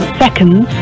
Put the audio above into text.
seconds